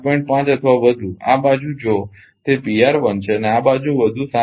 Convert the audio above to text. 5 અથવા વધુ આ બાજુ જો તે છે અને આ બાજુ વધુ 7